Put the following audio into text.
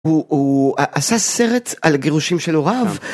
הוא-הוא... ע-עשה סרט, על גירושים של הוריו.